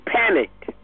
panicked